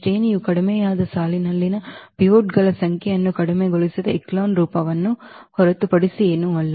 ಶ್ರೇಣಿಯು ಕಡಿಮೆಯಾದ ಸಾಲಿನಲ್ಲಿನ ಪಿವೋಟ್ಗಳ ಸಂಖ್ಯೆಯನ್ನು ಕಡಿಮೆಗೊಳಿಸಿದ ಎಚೆಲಾನ್ ರೂಪವನ್ನು ಹೊರತುಪಡಿಸಿ ಏನೂ ಅಲ್ಲ